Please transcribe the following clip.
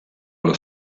allo